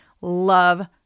love